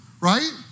right